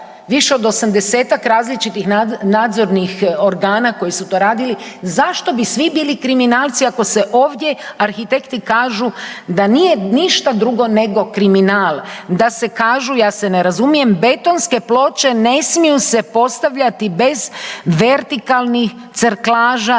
više od 80-ak različitih nadzornih organa koji su to radili, zašto bi svi bili kriminalci ako se ovdje arhitekti kažu da nije ništa drugo nego kriminal, da se kažu ja se ne razumijem, betonske ploče ne smiju se postavljati bez vertikalnih serklaža